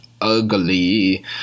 ugly